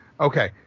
Okay